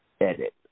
edit